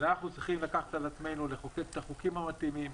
אז אנחנו צריכים לקחת על עצמנו לחוקק את החוקים המתאימים,